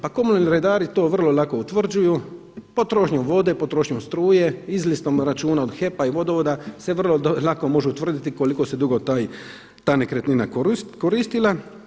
Pa komunalni redari to vrlo lako utvrđuju potrošnjom vode, potrošnjom struje, izlistom računa od HEP-a i vodovoda se vrlo lako može utvrditi koliko se dugo ta nekretnina koristila.